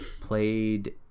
played